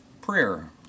Prayer